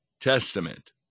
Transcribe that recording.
Testament